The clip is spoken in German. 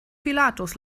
pilatus